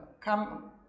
come